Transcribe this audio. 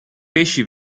pesci